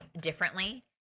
differently